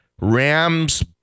Rams